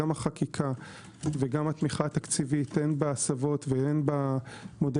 גם החקיקה וגם התמיכה התקציבית הן בהסבות והן במודל